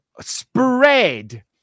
spread